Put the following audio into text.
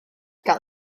gael